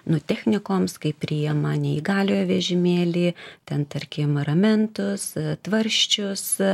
nu technikoms kaip priima neįgaliojo vežimėlį ten tarkim ramentus tvarsčius